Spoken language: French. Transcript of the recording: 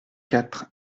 quatre